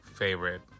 Favorite